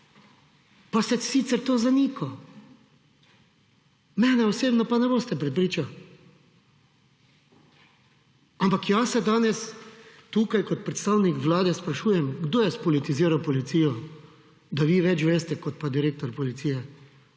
Pa ste sicer to zanikal. Mene osebno pa ne boste prepričal. Ampak jaz se danes tukaj, kot predstavnik Vlade, sprašujem, kdo je spolitiziral policijo, da vi več veste, kot pa direktor policije?